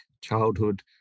childhood